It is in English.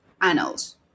annals